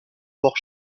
fort